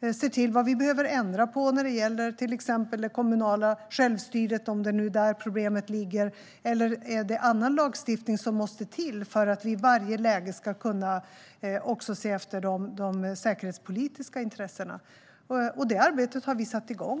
Vi ska se till vad vi behöver ändra på när det gäller till exempel det kommunala självstyret, om det nu är där problemet ligger. Eller det kan vara annan lagstiftning som måste till för att vi i varje läge ska kunna se efter de säkerhetspolitiska intressena. Det arbetet har vi satt igång.